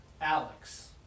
Alex